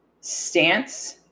stance